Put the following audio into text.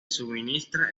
suministra